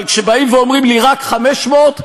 אבל כשבאים ואומרים לי: רק 500,